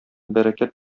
бәрәкәт